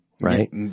right